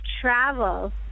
travel